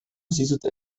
zizuten